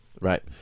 Right